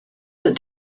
that